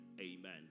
Amen